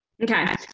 Okay